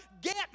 get